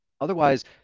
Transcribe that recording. Otherwise